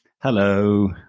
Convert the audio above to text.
Hello